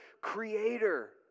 Creator